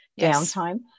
downtime